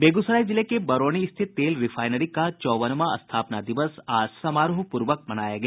बेगूसराय जिले के बरौनी स्थित तेल रिफायनरी का चौवनवां स्थापना दिवस आज समारोह पूर्वक मनाया गया